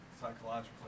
psychologically